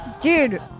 Dude